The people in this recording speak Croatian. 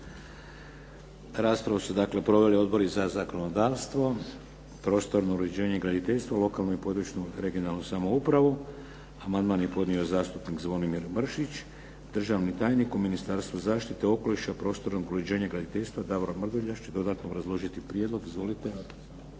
Raspravu su proveli odbori za zakonodavstvo, prostorno uređenje i graditeljstvo, lokalnu i područnu (regionalnu) samoupravu. Amandman je podnio zastupnik Zvonimir Mršić. Izvješća ste primili na sjednici. Državni tajnik u Ministarstvu zaštite okoliša, prostornog uređenja i graditeljstva Davor Mrduljaš će dodatno obrazložiti prijedlog. Izvolite.